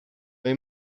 they